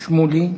איציק שמולי,